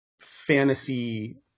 fantasy